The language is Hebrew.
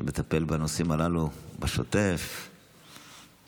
שמטפל בנושאים הללו בשוטף ובשגרה.